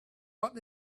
but